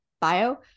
bio